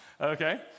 Okay